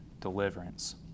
deliverance